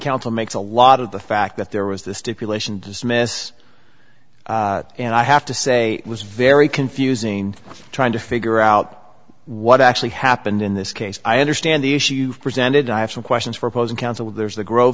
counsel makes a lot of the fact that there was this stipulation dismiss and i have to say was very confusing trying to figure out what actually happened in this case i understand the issue presented i have some questions for opposing counsel there's the grow